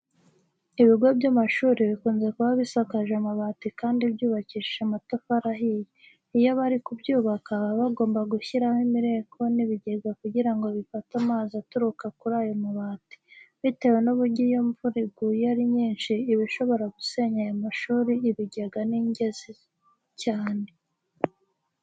Ibigo by'amashuri bikunze kuba bisakaje amabati kandi byubakishije amatafari ahiye. Iyo bari kubyubaka baba bagomba gushyiraho imireko n'ibigega kugira ngo bifate amazi aturuka kuri ayo mabati. Bitewe n'uburyo iyo imvura iguye ari nyinshi iba ishobora gusenya aya mashuri, ibi bigega ni ingenzi cyane.